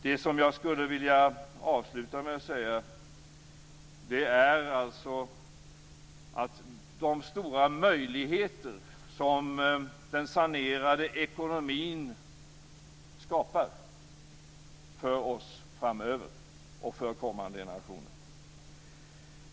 Det som jag skulle vilja sluta med att säga är alltså att den sanerade ekonomin skapar stora möjligheter för oss framöver och för kommande generationer.